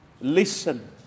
listen